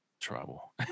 trouble